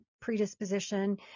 predisposition